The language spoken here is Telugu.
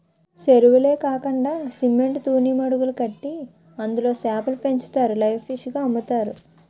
సెరువులే కాకండా సిమెంట్ తూనీమడులు కట్టి అందులో సేపలు పెంచుతారు లైవ్ ఫిష్ గ అమ్ముతారు